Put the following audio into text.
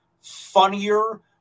funnier